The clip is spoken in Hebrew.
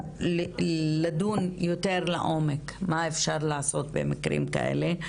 לדון יותר לעומק, מה אפשר לעשות במקרים כאלה.